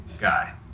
guy